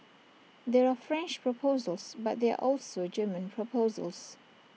there are French proposals but there also German proposals